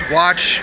watch